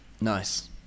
nice